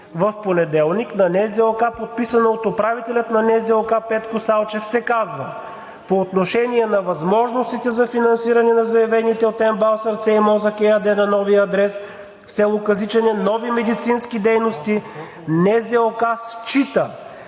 в понеделник, на НЗОК, подписано от управителя на НЗОК – Петко Салчев, се казва: „По отношение на възможностите за финансиране на заявените от МБАЛ „Сърце и мозък“ ЕАД на новия адрес в село Казичене нови медицински дейности НЗОК счита,